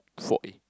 forty